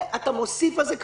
ואתה מוסיף על זה קורונה.